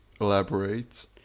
elaborate